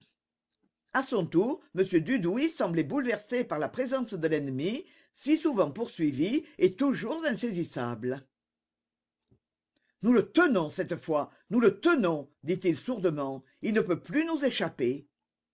à son tour m dudouis semblait bouleversé par la présence de l'ennemi si souvent poursuivi et toujours insaisissable nous le tenons cette fois nous le tenons dit-il sourdement il ne peut plus nous échapper